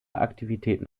aktivitäten